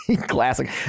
classic